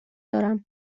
دارم